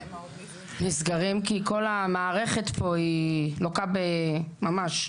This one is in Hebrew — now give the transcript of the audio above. נסגרים כל המערכת פה היא לוקה ממש,